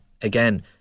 Again